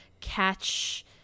catch